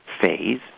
phase